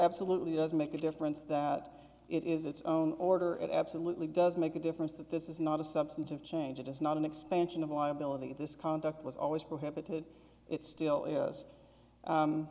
absolutely does make a difference that it is its own order it absolutely does make a difference that this is not a substantive change it is not an expansion of a liability at this conduct was always prohibited it's still